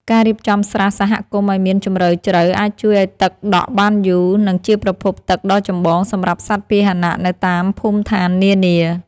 ការរៀបចំស្រះសហគមន៍ឱ្យមានជម្រៅជ្រៅអាចជួយឱ្យទឹកដក់បានយូរ និងជាប្រភពទឹកដ៏ចម្បងសម្រាប់សត្វពាហនៈនៅតាមភូមិឋាននានា។